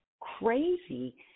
crazy